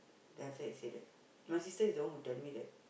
and after that he say that my sister was the one who tell me that